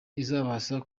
izabasha